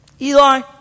Eli